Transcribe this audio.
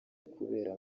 kubera